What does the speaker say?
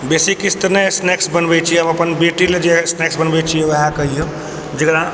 बेसी किछु तऽ नहि स्नैक्स बनबै छी हम अपन बेटी लए जे स्नैक्स बनबै छी वएह कहियौ जेकरा